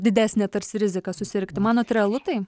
didesnė tarsi rizika susirgti manot realu tai